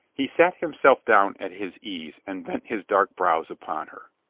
he sat himself down at his ease and bent his dark brows upon her.